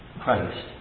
Christ